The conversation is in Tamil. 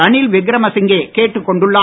ரணில் விக்ரம சிங்கே கேட்டுக்கொண்டுள்ளார்